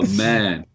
man